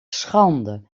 schande